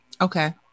okay